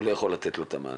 והוא לא יכול לתת לו את המענה,